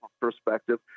perspective